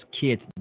kids